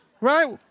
Right